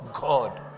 god